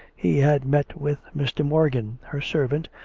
he had met with mr. morgan, her servant,